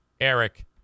Eric